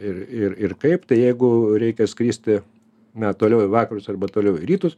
ir ir ir kaip tai jeigu reikia skristi na toliau į vakarus arba toliau į rytus